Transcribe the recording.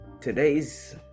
today's